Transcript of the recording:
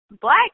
black